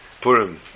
Purim